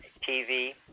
tv